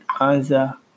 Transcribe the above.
answer